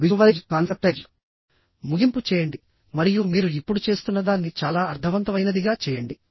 visualise conceptualise ముగింపు చేయండి మరియు మీరు ఇప్పుడు చేస్తున్నదాన్ని చాలా అర్ధవంతమైనదిగా చేయండి